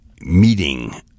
meeting